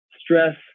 stress